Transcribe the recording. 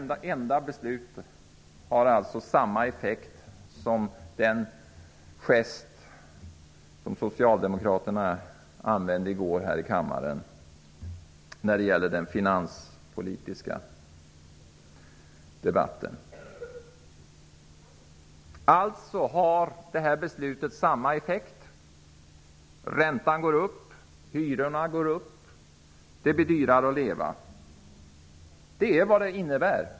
Detta enda beslut har alltså samma effekt som den gest som socialdemokraterna gjorde i den finanspolitiska debatten i går här i kammaren. Det här beslutet har alltså samma effekt: räntan går upp, hyrorna går upp, det blir dyrare att leva. Det är vad beslutet innebär!